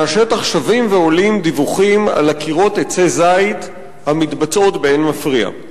מהשטח שבים ועולים דיווחים על עקירות עצי זית המתבצעות באין מפריע.